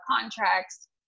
contracts